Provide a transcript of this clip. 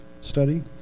study